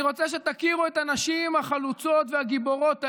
אני רוצה שתכירו את הנשים החלוצות והגיבורות האלה.